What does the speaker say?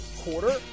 quarter